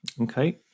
Okay